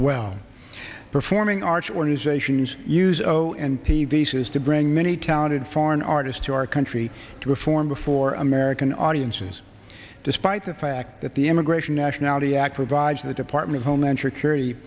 well performing arts organizations use o and t v shows to bring many talented foreign artist to our country to form before american audiences despite the fact that the immigration nationality act provides the department of homeland security